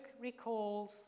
recalls